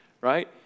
right